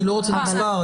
אני לא רוצה מספר.